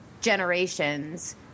generations